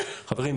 חברים,